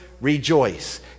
rejoice